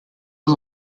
was